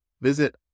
Visit